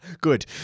Good